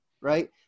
Right